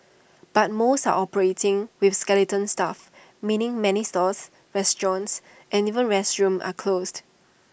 but most are operating with skeleton staff meaning many stores restaurants and even restrooms are closed